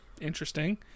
interesting